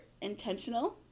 intentional